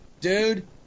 dude